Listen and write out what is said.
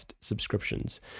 subscriptions